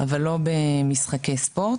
אבל לא במשחקי ספורט,